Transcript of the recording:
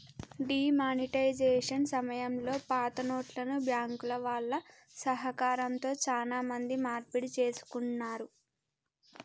D monetisation సమయంలో పాతనోట్లను బ్యాంకుల వాళ్ళ సహకారంతో చానా మంది మార్పిడి చేసుకున్నారు